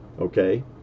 okay